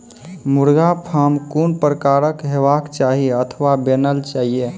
मुर्गा फार्म कून प्रकारक हेवाक चाही अथवा बनेल जाये?